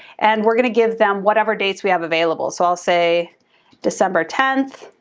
and we're gonna give them whatever dates we have available. so i'll say december tenth.